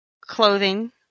clothing